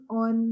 on